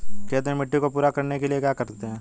खेत में मिट्टी को पूरा करने के लिए क्या करते हैं?